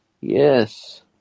Yes